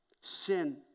Sin